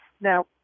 Now